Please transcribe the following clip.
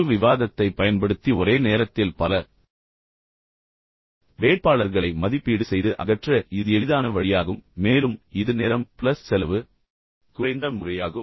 குழு விவாதத்தைப் பயன்படுத்தி ஒரே நேரத்தில் பல வேட்பாளர்களை மதிப்பீடு செய்து அகற்ற இது எளிதான வழியாகும் மேலும் இது நேரம் ப்ளஸ் செலவு குறைந்த முறையாகும்